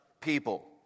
people